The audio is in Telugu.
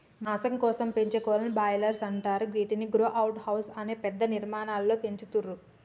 మాంసం కోసం పెంచే కోళ్లను బ్రాయిలర్స్ అంటరు గివ్విటిని గ్రో అవుట్ హౌస్ అనే పెద్ద నిర్మాణాలలో పెంచుతుర్రు